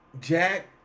Jack